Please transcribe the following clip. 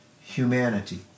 humanity